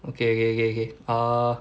okay okay okay okay err